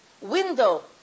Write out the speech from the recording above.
window